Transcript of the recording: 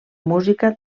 música